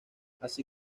así